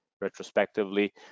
retrospectively